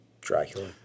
Dracula